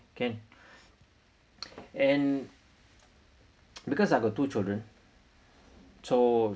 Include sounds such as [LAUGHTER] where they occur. can [NOISE] and [NOISE] because I got two children so